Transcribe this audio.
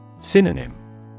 Synonym